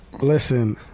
Listen